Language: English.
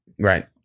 Right